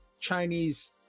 Chinese